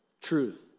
truth